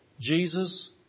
Jesus